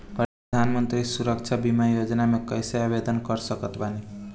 प्रधानमंत्री सुरक्षा बीमा योजना मे कैसे आवेदन कर सकत बानी?